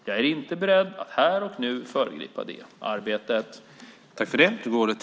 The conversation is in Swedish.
Jag är inte beredd att här och nu föregripa det arbetet.